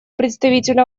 представителю